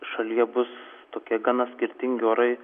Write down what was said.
šalyje bus tokie gana skirtingi orai